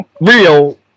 real